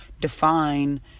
define